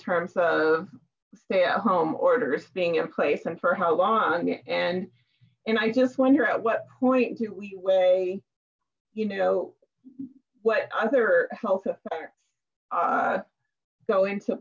terms of stay at home orders being in place and for how long and and i just wonder at what point do we weigh you know what other health effects go into